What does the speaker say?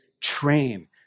train